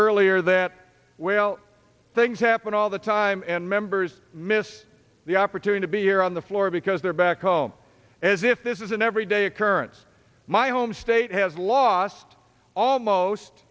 earlier that well things happen all the time and members miss the opportunity to be here on the floor because they're back home as if this is an everyday occurrence my home state has lost almost